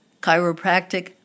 chiropractic